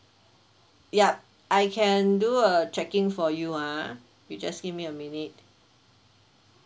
yup I can do a checking for you ah you just give me a minute